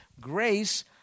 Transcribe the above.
grace